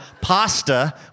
Pasta